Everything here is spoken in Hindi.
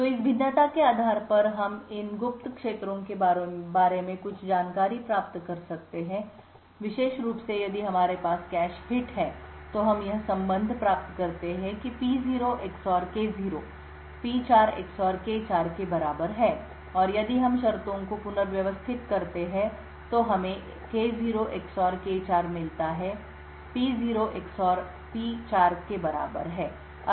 तो इस भिन्नता के आधार पर हम इन गुप्त क्षेत्रों के बारे में कुछ जानकारी प्राप्त कर सकते हैं विशेष रूप से यदि हमारे पास कैश हिट है तो हम यह संबंध प्राप्त करते हैं कि P0 XOR K0 P4 XOR K4 के बराबर है और यदि हम शर्तों को पुनर्व्यवस्थित करते हैं तो हमें K0 XOR K4 मिलता है P0 XOR P4 के बराबर है